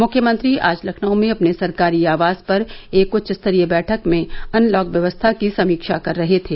मुख्यमंत्री आज लखनऊ में अपने सरकारी आवास पर एक उच्च स्तरीय वैठक में अनलॉक व्यवस्था की समीक्षा कर रहे थे